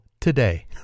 today